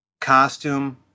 costume